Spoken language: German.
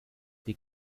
die